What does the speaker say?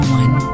one